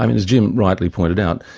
as jim rightly pointed out,